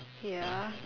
ya